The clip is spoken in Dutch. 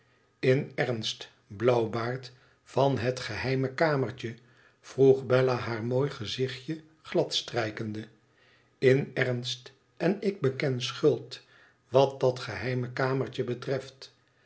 in ernst blauwbaard van het geheime kamertje vroeg bella haar mooi gezichtje gladstrijkende in ernst én ik beken schuld wat dat geheime kamertje betreft